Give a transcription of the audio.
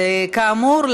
כאמור,